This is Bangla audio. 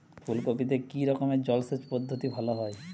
ফুলকপিতে কি রকমের জলসেচ পদ্ধতি ভালো হয়?